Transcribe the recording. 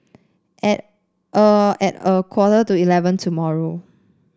at a at a quarter to eleven tomorrow